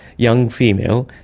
young female,